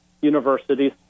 universities